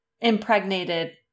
impregnated